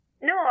No